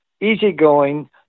easygoing